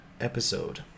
episode